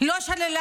לא שללה